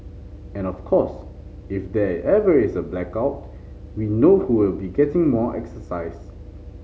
and of course if there ever is a blackout we know who will be getting more exercise